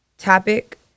topic